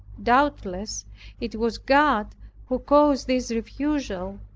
doubtless it was god who caused this refusal,